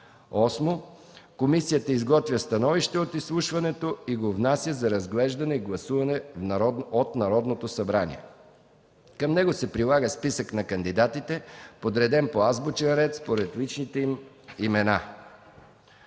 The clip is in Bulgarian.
8. Комисията изготвя становище от изслушването и го внася за разглеждане и гласуване от Народното събрание. Към него се прилага списък на кандидатите, подреден по азбучен ред според личните им имена.